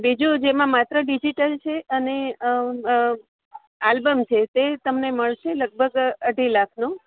બીજું જેમાં માત્ર ડિજિટલ છે અને આલબમ છે તે તમને મળશે લગભગ અઢી લાખનું